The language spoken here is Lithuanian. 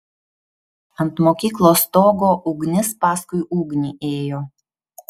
ant mokyklos stogo ugnis paskui ugnį ėjo